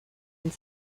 and